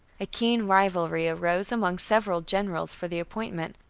a keen rivalry arose among several generals for the appointment,